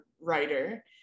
writer